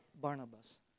Barnabas